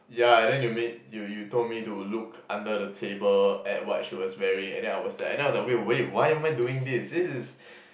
yeah and then you made you you told me to look under the table at what she was wearing and then I was at and then I was like wait wait why am I doing this this is